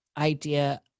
idea